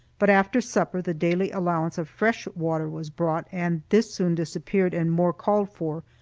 but after supper the daily allowance of fresh water was brought, and this soon disappeared and more called for,